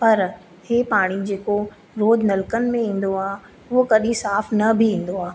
पर हे पाणी जेको रोज नलकनि में ईंदो आहे उहो कॾहिं साफ न बि ईंदो आहे